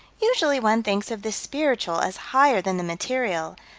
usually one thinks of the spiritual as higher than the material,